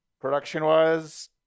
Production-wise